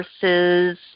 versus